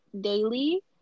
daily